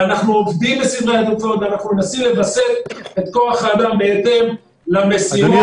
ואנחנו עובדים בסדרי עדיפויות ומנסים לווסת את כוח האדם בהתאם למשימות,